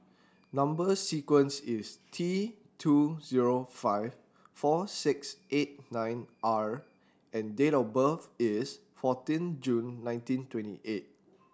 number sequence is T two zero five four six eight nine R and date of birth is fourteen June nineteen twenty eight